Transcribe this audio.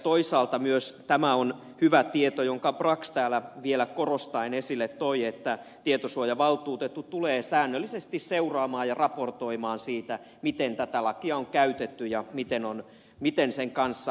toisaalta myös tämä on hyvä tieto jonka brax täällä vielä korostaen esille toi että tietosuojavaltuutettu tulee säännöllisesti seuraamaan ja raportoimaan miten tätä lakia on käytetty ja miten sen kanssa on eletty